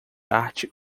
arte